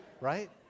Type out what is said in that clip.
right